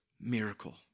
Miracle